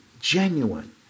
genuine